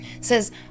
says